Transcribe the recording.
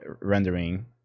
rendering